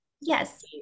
Yes